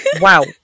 wow